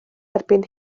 erbyn